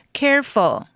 careful